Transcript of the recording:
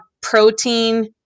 protein